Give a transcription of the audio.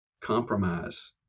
compromise